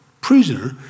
prisoner